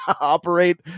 operate